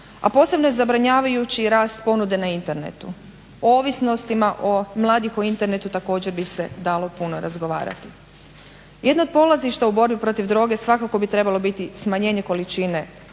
a posebno je zabrinjavajući i rast ponude na Internetu. O ovisnostima mladih o internetu također bi se dalo puno razgovarati. Jedno od polazišta u borbi protiv droge svakako bi trebalo biti smanjenje količine droge